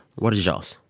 what is y'all's?